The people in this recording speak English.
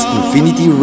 infinity